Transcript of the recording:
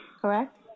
correct